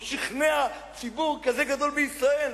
הוא שכנע ציבור כזה גדול בישראל,